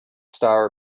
star